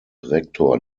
rektor